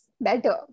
better